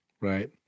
Right